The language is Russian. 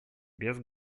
без